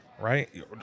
Right